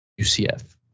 UCF